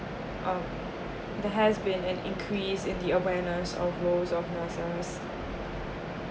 um there has been an increase in the awareness of roles of nurses